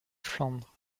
flandres